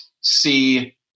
see